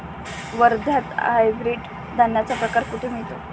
वर्ध्यात हायब्रिड धान्याचा प्रकार कुठे मिळतो?